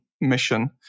mission